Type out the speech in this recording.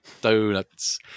Donuts